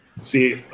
See